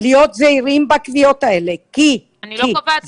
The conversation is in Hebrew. להיות זהירים בקביעות האלה --- אני לא קובעת כלום,